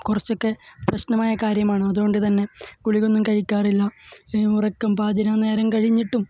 കുറച്ചൊക്കെ പ്രശ്നമായ കാര്യമാണ് അതുകൊണ്ടുതന്നെ ഗുളികയൊന്നും കഴിക്കാറില്ല ഉറക്കം പാതിരാനേരം കഴിഞ്ഞിട്ടും